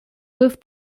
with